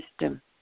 system